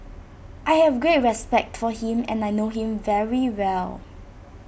I have great respect for him and I know him very well